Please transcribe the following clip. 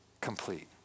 complete